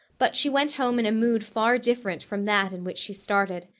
but she went home in a mood far different from that in which she started.